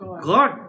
God